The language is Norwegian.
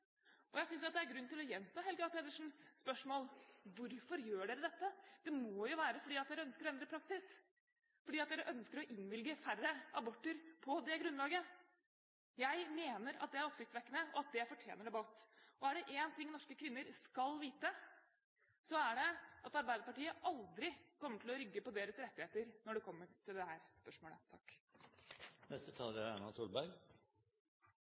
Jeg synes det er grunn til å gjenta representanten Helga Pedersens spørsmål: Hvorfor gjør dere dette? Det må jo være fordi dere ønsker å endre praksis, fordi dere ønsker å innvilge færre aborter på det grunnlaget. Jeg mener at det er oppsiktsvekkende og at det fortjener debatt. Og er det én ting norske kvinner skal vite, så er det at Arbeiderpartiet aldri kommer til å rygge med hensyn til deres rettigheter når det kommer til dette spørsmålet. Jeg har nettopp svart på hvorfor vi mener at det er